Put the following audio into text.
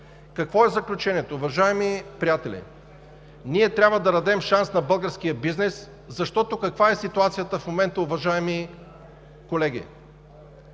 Какво е заключението? Уважаеми приятели, ние трябва да дадем шанс на българския бизнес, защото каква е ситуацията в момента, уважаеми колеги?!